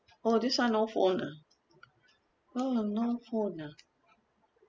oh this one no phone ah no no no phone ah